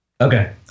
Okay